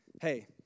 hey